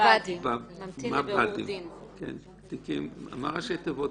מה ראשי התיבות?